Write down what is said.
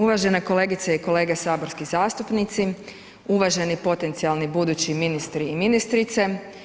Uvažena kolegice i kolege saborski zastupnici, uvaženi potencijalni budući ministri i ministrice.